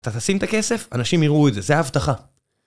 אתה תשים את הכסף, אנשים יראו את זה, זה הבטחה.